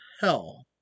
hell